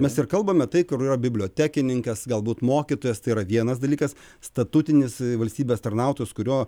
mes ir kalbame tai kur yra bibliotekininkas galbūt mokytojas tai yra vienas dalykas statutinis valstybės tarnautojas kurio